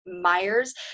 Myers